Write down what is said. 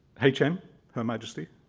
hm, her majesty,